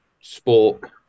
sport